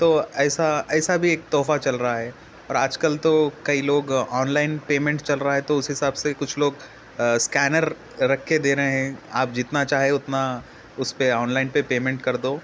تو ایسا ایسا بھی ایک تحفہ چل رہا ہے اور آج کل تو کئی لوگ آن لائن پیمنٹ چل رہا ہے تو اس حساب سے کچھ لوگ اسکینر رکھ کے دے رہے ہیں آپ جتنا چاہیں اتنا اس پہ آن لائن پیمنٹ کر دو